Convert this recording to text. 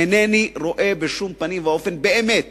אינני רואה בשום פנים ואופן באמת